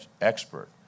expert